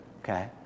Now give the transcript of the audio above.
okay